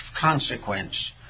consequence